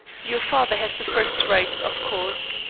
your father has the first rights, of course.